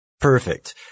Perfect